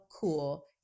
Cool